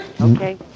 Okay